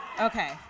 Okay